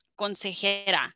consejera